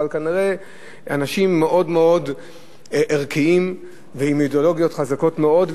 אבל כנראה שהם אנשים מאוד ערכיים ועם אידיאולוגיות חזקות מאוד,